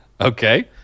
Okay